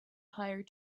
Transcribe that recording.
hire